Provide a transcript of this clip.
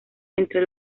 entre